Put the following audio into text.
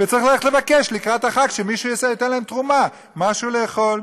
וצריך ללכת לבקש לקראת החג שמישהו ייתן להם תרומה משהו לאכול.